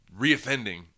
reoffending